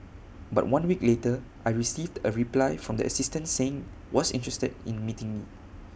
but one week later I received A reply from the assistant saying was interested in meeting me